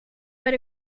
but